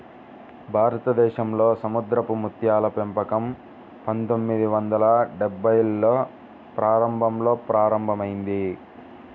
భారతదేశంలో సముద్రపు ముత్యాల పెంపకం పందొమ్మిది వందల డెభ్భైల్లో ప్రారంభంలో ప్రారంభమైంది